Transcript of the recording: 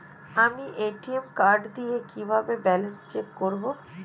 আমি ATM card দিয়ে কিভাবে ব্যালেন্স চেক করব?